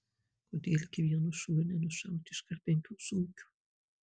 kodėl gi vienu šūviu nenušauti iškart penkių zuikių